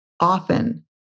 often